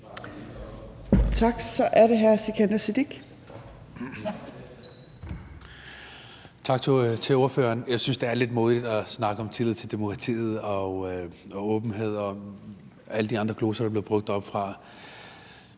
Tak. Så er det hr. Sikandar Siddique.